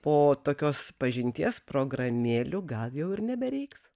po tokios pažinties programėlių gal jau ir nebereiks